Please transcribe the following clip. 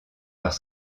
leurs